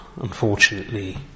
unfortunately